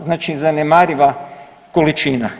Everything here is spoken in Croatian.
Znači zanemariva količina.